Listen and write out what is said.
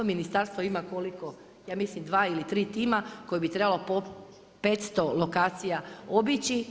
Ministarstvo ima koliko, ja mislim dva ili tri tima koje bi trebalo po 500 lokacija obići.